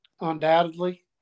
undoubtedly